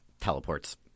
teleports